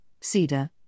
cedar